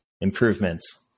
improvements